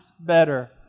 better